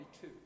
two